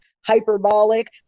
hyperbolic